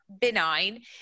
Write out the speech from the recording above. benign